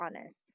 honest